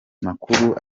makuru